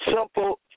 simple